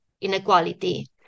inequality